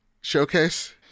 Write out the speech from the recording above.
showcase